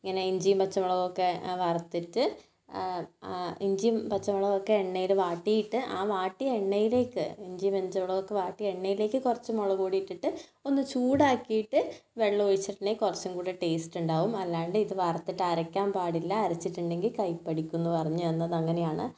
ഇങ്ങനെ ഇഞ്ചമ്യും പച്ചമുളകൊക്കെ വറുത്തിട്ട് ഇഞ്ചിയും പച്ചമുളകൊക്കെ എണ്ണയിൽ വാട്ടിയിട്ടു ആ വാട്ടിയ എണ്ണയിലേക്ക് ഇഞ്ചിയും പച്ചമുളകൊക്കെ വാട്ടിയ എണ്ണയിലേക്ക് കുറച്ചു മുളക്പൊടി ഇട്ടിട്ട് ഒന്ന് ചൂടാക്കിയിട്ട് വെള്ളമൊഴിച്ചിട്ടുണ്ടെങ്കിൽ കുറച്ചും കൂടി ടേസ്റ്റ് ഉണ്ടാകും അല്ലാണ്ട് ഇത് വറുത്തിട്ടരക്കാൻ പാടില്ല അരച്ചിട്ടുണ്ടെങ്കിൽ കയ്പ്പ് അടിക്കുമെന്ന് പറഞ്ഞുതന്നത് അങ്ങനെയാണ്